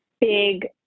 big